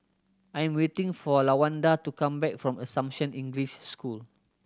I am waiting for Lawanda to come back from Assumption English School